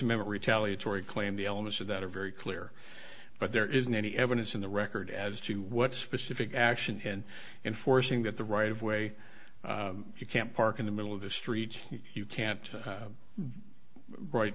member retaliatory claim the elements of that are very clear but there isn't any evidence in the record as to what specific action in enforcing that the right of way if you can't park in the middle of the street you can't